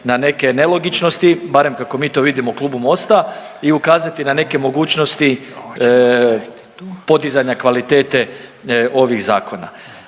na neke nelogičnosti, barem kako mi to vidimo u Klubu Mosta i ukazati na neke mogućnosti podizanja kvalitete ovih zakona.